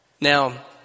Now